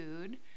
food